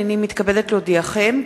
הנני מתכבדת להודיעכם,